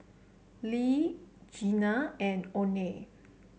Le Jeanna and Oney